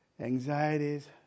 anxieties